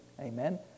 Amen